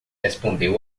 respondeu